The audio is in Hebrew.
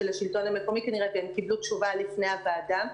של השלטון המקומי כנראה והם קיבלו תשובה לפני הוועדה.